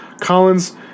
Collins